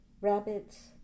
rabbits